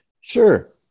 sure